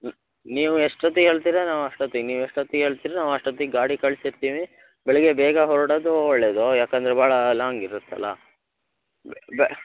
ಹ್ಞೂ ನೀವು ಎಷ್ಟೊತಿಗೆ ಹೇಳ್ತಿರ ನಾವು ಅಷ್ಟೊತಿಗೆ ನೀವು ಎಷ್ಟೊತಿಗೆ ಹೇಳ್ತಿರ ನಾವು ಅಷ್ಟೊತಿಗೆ ಗಾಡಿ ಕಳಿಸಿರ್ತೀವಿ ಬೆಳಿಗ್ಗೆ ಬೇಗ ಹೊರ್ಡದು ಒಳ್ಳೆಯದು ಯಾಕೆಂದ್ರೆ ಭಾಳ ಲಾಂಗ್ ಇರುತ್ತಲ್ಲ